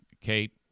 Kate